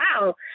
wow